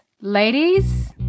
ladies